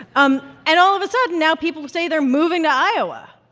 um and all of a sudden, now people say they're moving to iowa.